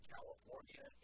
California